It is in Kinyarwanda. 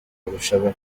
kurusha